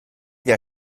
der